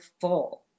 full